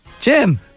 Jim